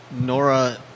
Nora